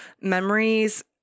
memories